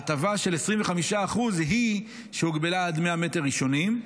ההטבה של 25% היא שהוגבלה עד 100 מטרים ראשונים,